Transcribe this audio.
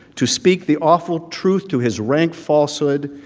to speak the awful truth to his rank falsehood,